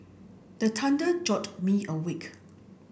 the thunder jolt me awake